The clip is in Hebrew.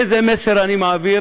איזה מסר אני מעביר